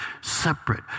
separate